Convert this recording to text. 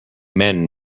men